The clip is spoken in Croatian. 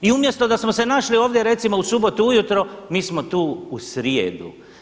I umjesto da smo se našli ovdje recimo u subotu ujutro, mi smo tu u srijedu.